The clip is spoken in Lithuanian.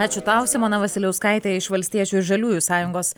ačiū tau simona vasiliauskaitė iš valstiečių ir žaliųjų sąjungos